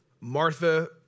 Martha